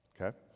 Okay